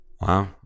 Wow